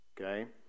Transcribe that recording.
Okay